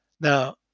Now